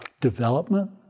development